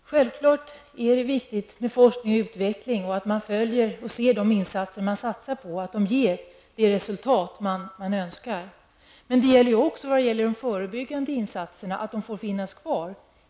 Herr talman! Självfallet är det viktigt med forskning och utveckling och att man följer upp de insatser som har gjorts för att se att de ger det resultat man önskar. Men det är också viktigt att de förbyggande insatserna får finnas kvar.